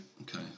Okay